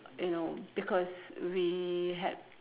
you know because we had